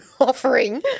offering